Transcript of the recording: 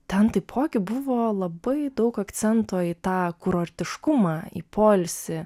ten taipogi buvo labai daug akcentoį tą kurortiškumą į poilsį